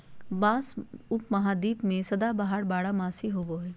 बाँस उपमहाद्वीप में सदाबहार बारहमासी होबो हइ